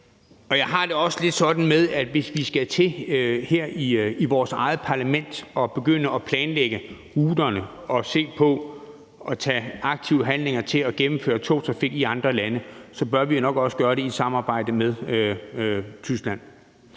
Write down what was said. Jeg har det også lidt sådan, at hvis vi her i vores eget parlament skal til at begynde at planlægge ruterne og tage aktiv handling i forhold til at gennemføre togtrafik i andre lande, bør vi nok også gøre det i samarbejde med Tyskland.